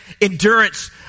endurance